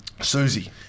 Susie